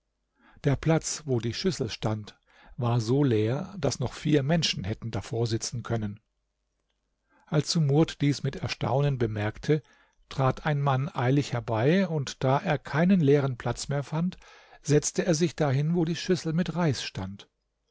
der platz wo die schüssel stand war so leer daß noch vier menschen hätten davor sitzen können als sumurd dies mit erstaunen bemerkte trat ein mann eilig herbei und da er keinen leeren platz mehr fand setzte er sich dahin wo die schüssel mit reis stand